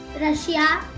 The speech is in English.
Russia